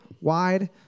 Wide